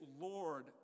Lord